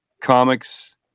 comics